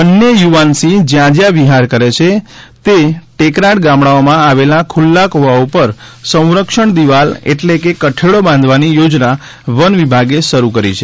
બંને યુવાન સિંહ જ્યાં જ્યાં વિહાર કરે છે તે ટેકરાળ ગામડાઓમાં આવેલા ખુલ્લા કુવાઓ ઉપર સંરક્ષણ દિવાલ એટ્લે કે કઠેડો બાંધવાની યોજના વન વિભાગે શરૂ કરી છે